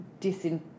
disin